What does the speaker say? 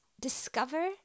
discover